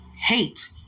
Hate